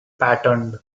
patterned